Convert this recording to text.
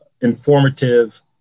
informative